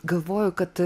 galvoju kad